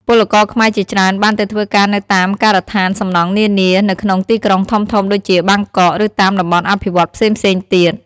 ពលករខ្មែរជាច្រើនបានទៅធ្វើការនៅតាមការដ្ឋានសំណង់នានា នៅក្នុងទីក្រុងធំៗដូចជាបាងកក ឬតាមតំបន់អភិវឌ្ឍន៍ផ្សេងៗទៀត។